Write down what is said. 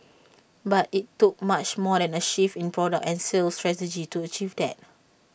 but IT took much more than A shift in product and sales strategy to achieve that